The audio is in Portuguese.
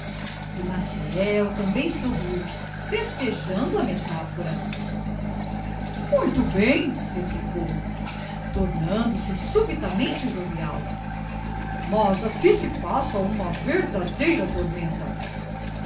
maciel também sorriu festejando a metaphora muito bem replicou tornando-se subitamente jovial mas aqui se passa uma verdadeira tormenta